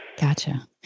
Gotcha